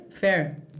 fair